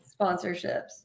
sponsorships